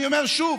אני אומר שוב,